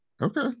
Okay